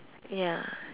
ya